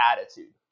attitude